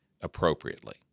appropriately